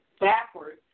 backwards